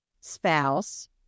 spouse